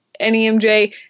NEMJ